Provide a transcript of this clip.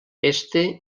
este